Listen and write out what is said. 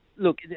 Look